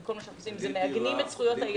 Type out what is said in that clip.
וכל מה שאנחנו עושים זה שאנחנו מעגנים את זכויות היסוד.